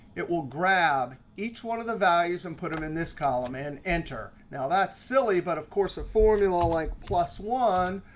it will grab each one of the values and put them in this column, and enter. now, that's silly, but of course a formula like plus one,